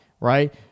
right